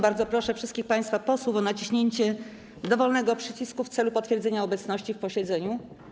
Bardzo proszę wszystkich państwa posłów o naciśnięcie dowolnego przycisku w celu potwierdzenia obecności na posiedzeniu.